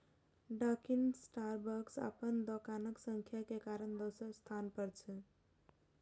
Dunkin Starbucks अपन दोकानक संख्या के कारण दोसर स्थान पर छै